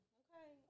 okay